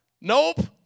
nope